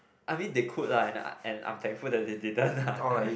I mean they could lah and and I'm thankful they didn't lah